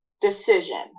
decision